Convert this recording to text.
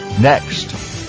next